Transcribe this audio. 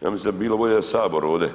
Ja mislim da bi bilo bolje da sabor ovde